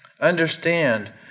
understand